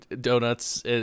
donuts